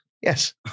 Yes